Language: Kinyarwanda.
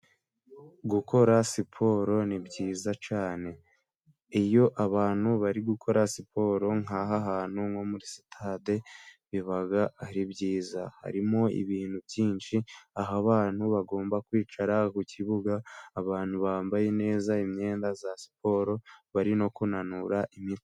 Gukora siporo ni byiza cyane, iyo abantu bari gukora siporo nk'aha hantu nko muri sitade biba ari byiza, harimo ibintu byinshi aho abantu bagomba kwicara ku kibuga, abantu bambaye neza imyenda ya siporo bari no kunanura imitsi.